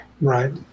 right